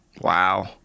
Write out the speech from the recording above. Wow